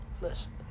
listen